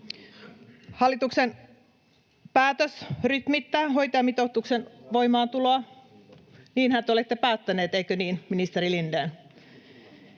Hallituksen päätös rytmittää hoitajamitoituksen voimaantuloa... [Välihuuto] — Niinhän te olette päättäneet, eikö niin, ministeri Lindén?